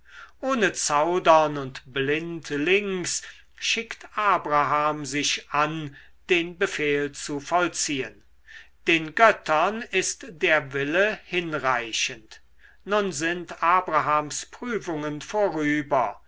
ohne zaudern und blindlings schickt abraham sich an den befehl zu vollziehen den göttern ist der wille hinreichend nun sind abrahams prüfungen vorüber